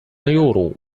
يورو